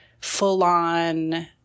full-on